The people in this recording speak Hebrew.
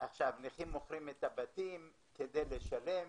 נכים מוכרים את הבתים כדי לשלם.